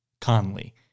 Conley